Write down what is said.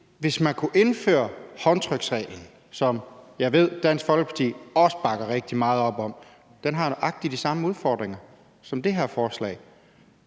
sige: Man kunne indføre håndtryksreglen, som jeg ved at Dansk Folkeparti også bakker rigtig meget op om. Den har nøjagtig de samme udfordringer som det her forslag,